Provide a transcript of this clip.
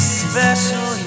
special